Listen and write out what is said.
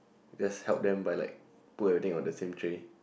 just help them by like put everything on the same tray